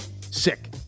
Sick